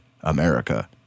america